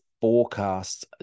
forecasts